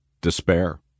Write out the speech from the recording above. Despair